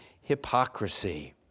hypocrisy